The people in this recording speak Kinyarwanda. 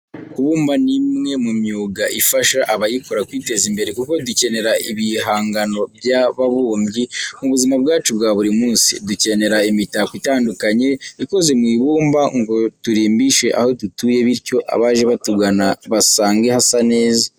Kubumba ni umwe mu myuga ifasha abayikora kwiteza imbere kuko dukenera ibihangano by'ababumbyi mu buzima bwacu bwa buri munsi. Dukenera imitako itandukanye, ikoze mu ibumba ngo turimbishe aho dutuye bityo abaje batugana basange hasa neza.